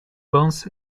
bones